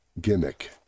gimmick